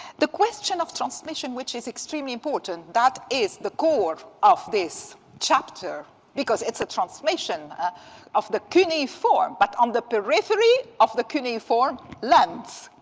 the question of transmission, which is extremely important, that is the core of this chapter because it's a transmission ah of the cuneiform. but on the periphery of the cuneiform lens,